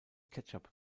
ketchup